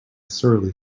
surly